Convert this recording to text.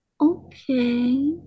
Okay